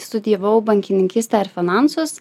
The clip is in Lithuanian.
studijavau bankininkystę ir finansus